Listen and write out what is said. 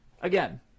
Again